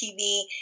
tv